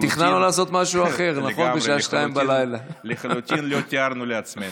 תכננו לעשות משהו אחר בשעה 02:00. לחלוטין לא תיארנו לעצמנו.